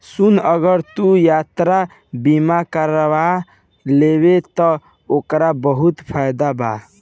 सुन अगर तू यात्रा बीमा कारा लेबे त ओकर बहुत फायदा बा